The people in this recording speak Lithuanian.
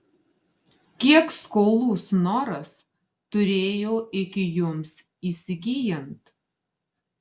kiek skolų snoras turėjo iki jums įsigyjant